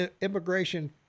immigration